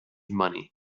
money